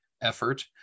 effort